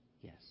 Yes